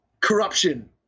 corruption